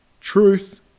Truth